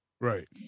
Right